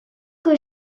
que